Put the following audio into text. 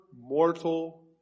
mortal